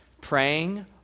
praying